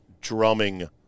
drumming